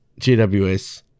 gws